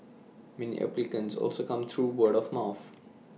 many applicants also came through word of mouth